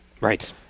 Right